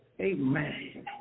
Amen